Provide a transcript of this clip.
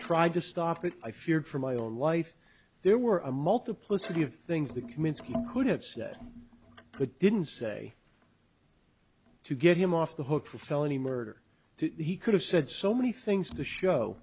tried to stop it i feared for my own life there were a multiplicity of things that commencement could have said but didn't say to get him off the hook for felony murder he could have said so many things to show